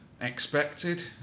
expected